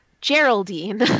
Geraldine